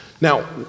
Now